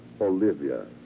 Olivia